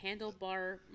Handlebar